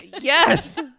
yes